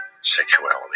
sexuality